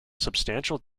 substantial